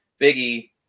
Biggie